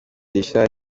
richard